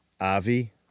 Avi